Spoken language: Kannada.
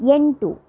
ಎಂಟು